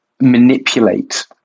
manipulate